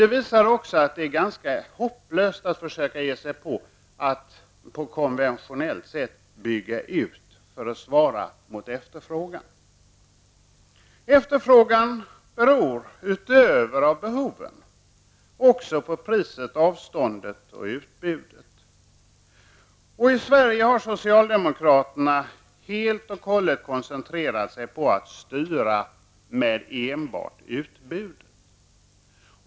Det visar också att det är ganska hopplöst att försöka ge sig på att på konventionellt sätt bygga ut för att svara mot efterfrågan. Efterfrågan beror utöver på behovet, på priset, på avståndet och på utbudet. I Sverige har socialdemokraterna helt och hållet koncentrerat sig på att styra med enbart utbudet.